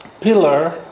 pillar